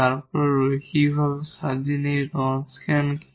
তারপর তারা লিনিয়ারভাবে ইন্ডিপেন্ডেট এবং এই Wronskian কি